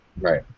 Right